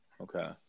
Okay